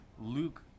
Luke